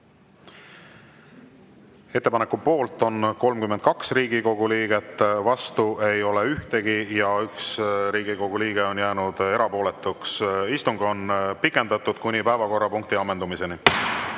Ettepaneku poolt on 32 Riigikogu liiget, vastu ei ole ühtegi ja 1 Riigikogu liige on jäänud erapooletuks. Istung on pikendatud kuni päevakorrapunkti ammendumiseni.